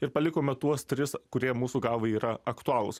ir palikome tuos tris kurie mūsų galva yra aktualūs